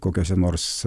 kokiuose nors